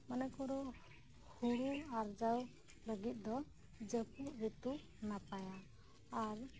ᱢᱚᱱᱮ ᱠᱚᱨᱚᱦᱩᱲᱩ ᱟᱨᱡᱟᱣ ᱞᱟᱹᱜᱤᱫ ᱫᱚ ᱡᱟᱹᱯᱩᱫ ᱨᱤᱛᱩ ᱱᱟᱯᱟᱭᱟ ᱟᱨ